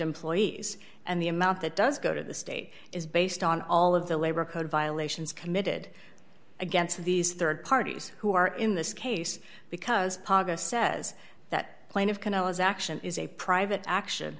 employees and the amount that does go to the state is based on all of the labor code violations committed against these rd parties who are in this case because paga says that plaintive canal is action is a private action